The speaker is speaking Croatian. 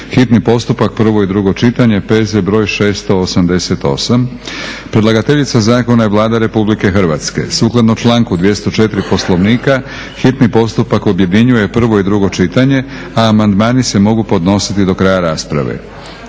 hitni postupak, prvo i drugo čitanje, P.Z. br. 688; Predlagateljica zakona je Vlada Republike Hrvatske. Sukladno članku 204. Poslovnika hitni postupak objedinjuje prvo i drugo čitanje, a amandmani se mogu podnositi do kraja rasprave.